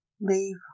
Leave